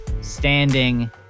standing